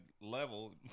level